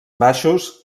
baixos